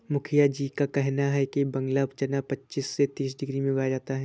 मुखिया जी का कहना है कि बांग्ला चना पच्चीस से तीस डिग्री में उगाया जाए